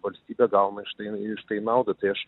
valstybė gauna iš tai iš tai naudą tai aš